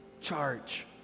charge